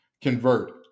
convert